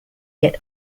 yet